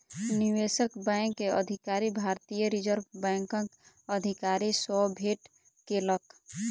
निवेशक बैंक के अधिकारी, भारतीय रिज़र्व बैंकक अधिकारी सॅ भेट केलक